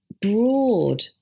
broad